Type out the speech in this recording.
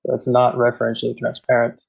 it's not referentially transparent.